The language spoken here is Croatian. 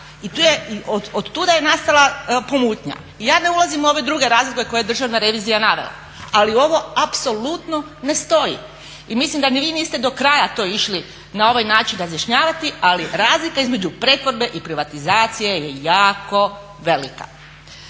i od tuda je nastala pomutnja. Ja ne ulazim u ove druge razloge koje je Državna revizija navela, ali ovo apsolutno ne stoji. I mislim da ni vi niste do kraja to išli na ovaj način razjašnjavati, ali razlika između pretvorbe i privatizacije je jako velika.